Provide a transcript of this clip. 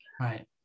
Right